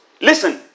Listen